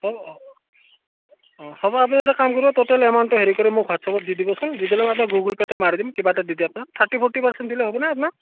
হ'ব অ' হ'ব আপনি এটা কাম কৰিব টুটেল এমাউণ্ট হেৰি কৰি মোৰ হোৱাটছএপত দি দিবচোন দি দিলে মই আপোনাক গুগল পে' মাৰি দিম কিবা এটা দি আপোনাৰ থাৰ্টি ফৰ্টি পাৰ্চেন্ট দিলে হ'বনে আপোনাক